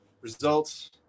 results